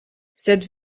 cette